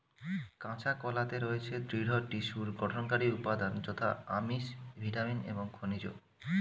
কাঁচা কলাতে রয়েছে দৃঢ় টিস্যুর গঠনকারী উপাদান যথা আমিষ, ভিটামিন এবং খনিজ